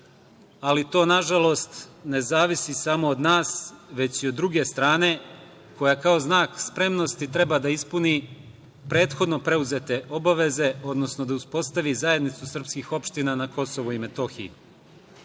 ali to nažalost ne zavisi samo od nas, već i od druge strane koja kao znak spremnosti treba da ispuni prethodno preuzete obaveze, odnosno da uspostavi Zajednicu srpskih opština na Kosovu i Metohiji. Dijalog